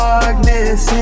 Darkness